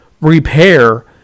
repair